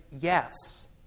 yes